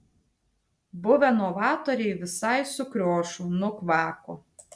buvę novatoriai visai sukriošo nukvako